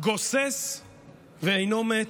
"גוסס ואינו מת.